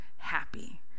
Happy